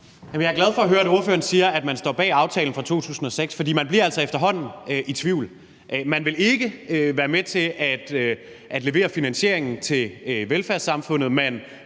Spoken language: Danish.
jeg er glad for at høre, at ordføreren siger, at man står bag aftalen fra 2006, for vi bliver altså efterhånden i tvivl. Man vil ikke være med til at levere finansieringen til velfærdssamfundet.